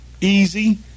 easy